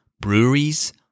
breweries